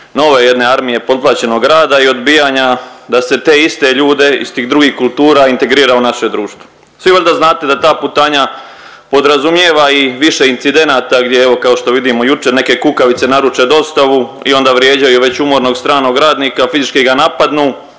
nove jedne armije potplaćenog rada i odbijanja da se te iste ljude iz tih drugih kultura integrira u naše društvo. Svi valjda znate da ta putanja podrazumijeva i više incidenata gdje evo kao što vidimo jučer neke kukavice naruče dostavu i onda vrijeđaju već umornog stranog radnika, fizički ga napadnu,